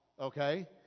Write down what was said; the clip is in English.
okay